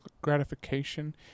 gratification